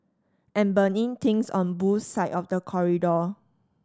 and burning things on Boo's side of the corridor